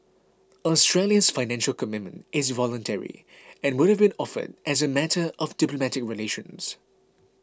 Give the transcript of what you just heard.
Australia's Financial Commitment is voluntary and would have been offered as a matter of diplomatic relations